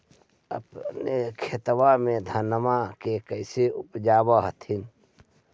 अपने खेतबा मे धन्मा के कैसे उपजाब हखिन?